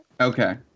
Okay